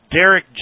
Derek